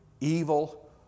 evil